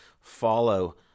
follow